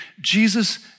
Jesus